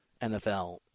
NFL